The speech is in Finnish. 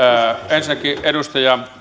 ensinnäkin edustaja